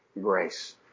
grace